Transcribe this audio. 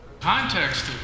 context